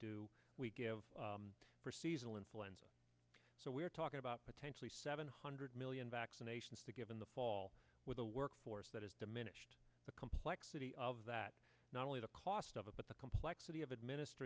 do we give for seasonal influenza so we're talking about potentially seven hundred million vaccinations to give in the fall with a workforce that is diminished the complexity of that not only the cost of it but the complexity of administer